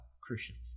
Christians